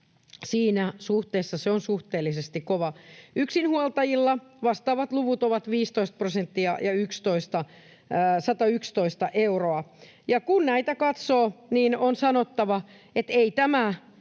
siinä suhteessa se on suhteellisesti kova. Yksinhuoltajilla vastaavat luvut ovat 15 prosenttia ja 111 euroa. Ja kun näitä katsoo, niin on sanottava, että eivät